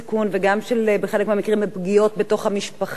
וגם בחלק מהמקרים בפגיעות בתוך המשפחה,